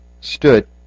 stood